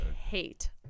hate